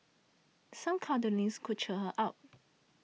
some cuddling's could cheer her up